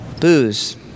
booze